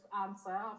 answer